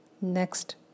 Next